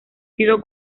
sido